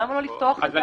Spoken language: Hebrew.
למה לא לפתוח את זה?